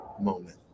moment